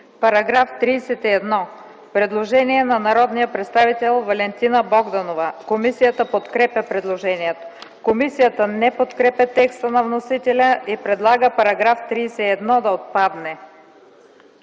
По § 31 има предложение на народния представител Валентина Богданова. Комисията подкрепя предложението. Комисията не подкрепя текста на вносителя и предлага § 31 да отпадне.